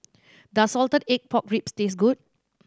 does salted egg pork ribs taste good